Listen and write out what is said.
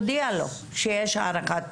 אז יודיע לו שיש הערכת מסוכנות.